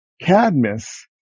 Cadmus